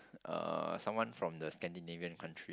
uh someone from the Scandinavian country